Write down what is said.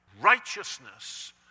Righteousness